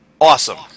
awesome